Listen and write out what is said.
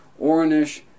Ornish